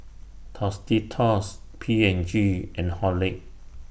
Tostitos P and G and Horlicks